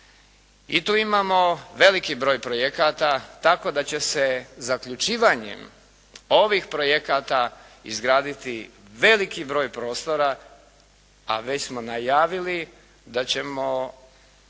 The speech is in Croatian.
I tu imamo veliki broj projekata tako da će se zaključivanjem ovih projekata izgraditi veliki broj prostora, a već smo najavili da ćemo